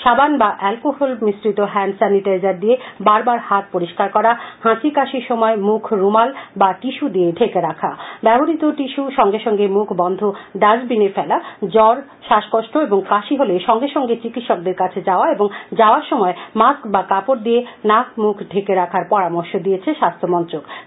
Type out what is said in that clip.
সাবান বা অ্যালকোহল মিশ্রিত হ্যান্ড স্যানিটাইজার দিয়ে বার বার হাত পরিষ্কার করা হাঁচি কাশির সময় মুখ রুমাল বা টিস্যু দিয়ে ঢেকে রাখা ব্যবহৃত টিস্যু সঙ্গে সঙ্গে মুখ বন্ধ ডাস্টবিনে ফেলা স্বর শ্বাসকষ্ট ও কাশি হলে সঙ্গে সঙ্গে চিকিৎসকের কাছে যাওয়া এবং যাওয়ার সময় মাস্ক বা কাপড দিয়ে নাক মূখ ঢেকে রাখার পরামর্শ দিয়েছে স্বাস্থ্য মন্ত্রক